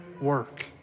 work